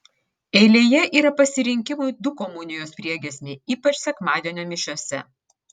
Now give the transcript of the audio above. eilėje yra pasirinkimui du komunijos priegiesmiai ypač sekmadienio mišiose